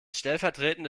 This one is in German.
stellvertretende